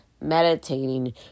meditating